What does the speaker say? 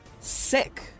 Sick